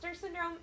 syndrome